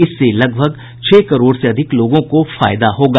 इससे छह करोड़ से अधिक लोगों को फायदा होगा